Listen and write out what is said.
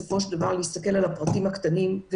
כשמסתכלים על הפרטים הקטנים בכל טכנולוגיה,